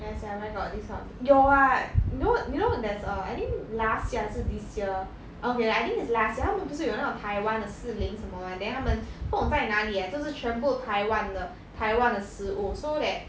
ya [sial] where got this kind of thing 有 what you know you know there's a I think last year 还是 this year okay lah I think it's last year 他们不是有那种 taiwan 的士林什么啊 then 他们不懂在哪里啊就是全部台湾的台湾的食物 so that